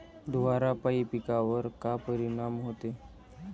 धुवारापाई पिकावर का परीनाम होते?